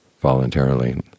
voluntarily